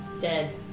Dead